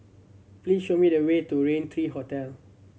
please show me the way to Rain Three Hotel